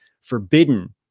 forbidden